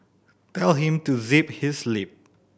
tell him to zip his lip